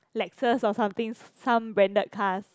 Lexus or something some branded cars